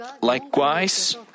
Likewise